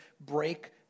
break